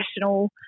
professional